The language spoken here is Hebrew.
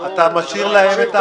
אתה משאיר להם את ההחלטה.